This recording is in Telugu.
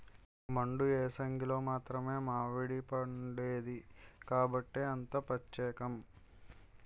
మండు ఏసంగిలో మాత్రమే మావిడిపండేది కాబట్టే అంత పచ్చేకం